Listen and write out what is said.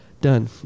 done